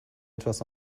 etwas